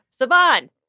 Saban